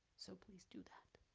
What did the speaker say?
so please do that.